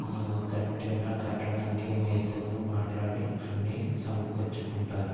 ఆ కట్టేలా కట్టడానికి మేస్త్రితో మాట్లాడి అన్నీ సమకూర్చుకుంటారు